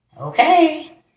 Okay